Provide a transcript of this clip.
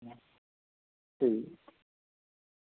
ठीक ऐ